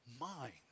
mind